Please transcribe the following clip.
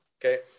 okay